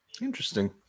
Interesting